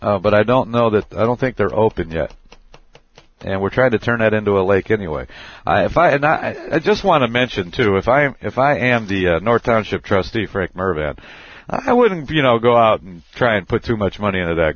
that but i don't know that i don't think they're open yet and we're trying to turn it into a lake anyway and i just want to mention to if i if i am the north township trustee for a murder that i wouldn't you know go out and try and put too much money into that